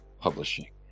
publishing